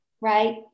right